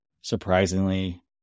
surprisingly